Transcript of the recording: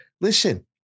listen